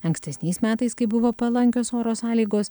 ankstesniais metais kai buvo palankios oro sąlygos